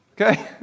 Okay